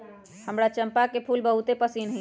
हमरा चंपा के फूल बहुते पसिन्न हइ